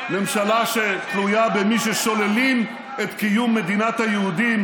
ממשלה שתלויה במי ששוללים את קיום מדינת היהודים,